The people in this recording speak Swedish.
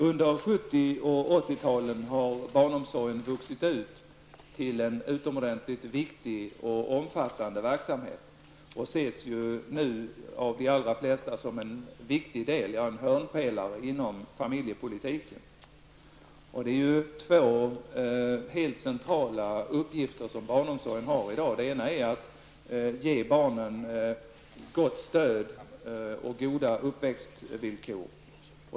Under 70 och 80-talen har barnomsorgen vuxit ut till en utomordentligt viktig och omfattande verksamhet och ses nu av de allra flesta som en viktig del, ja en hörnpelare inom familjepolitiken. Det är två helt centrala uppgifter som barnomsorgen har i dag. Den ena är att ge barnen gott stöd och goda uppväxtvillkor.